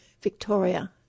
Victoria